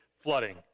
flooding